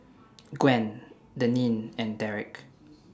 Gwen Deneen and Derick